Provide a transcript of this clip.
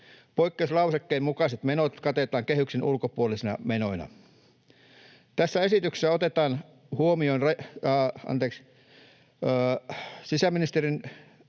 Poikkeuslausekkeen mukaiset menot katetaan kehyksen ulkopuolisina menoina. Sisäministeriön